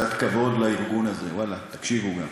קצת כבוד לארגון הזה, ואללה, תקשיבו גם.